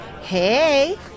Hey